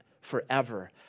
forever